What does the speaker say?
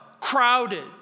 crowded